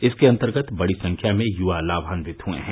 इसके अन्तर्गत बड़ी संख्या में युवा लामान्वित हुए हैं